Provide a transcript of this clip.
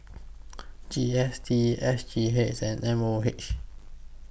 G S T S G H and M O H